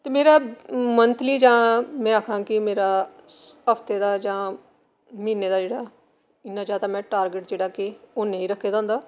ते मेरा मंथली जां एह् आक्खां कि मेरा हफ्ते दा जां म्हीने दा जेह्ड़ा इ'न्ना जैदा में टार्गेट जेह्ड़ा कि में ओह् नेईं रक्खेदा होंदा ते मेरा मंथली जां में आक्खां कि में टार्गेट जेह्ड़ा कि नेई रखेदा होंदा हां में दो तीन कताबां जेह्ड़ियां